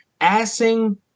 asking